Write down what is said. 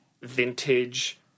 vintage